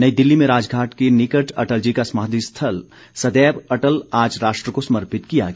नई दिल्ली में राजघाट के निकट अटल जी का समाधि स्थल सदैव अटल आज राष्ट्र को समर्पित किया गया